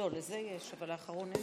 לזה יש, אבל לאחרון אין?